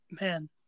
man